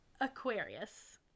Aquarius